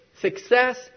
success